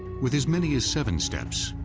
with as many as seven steps,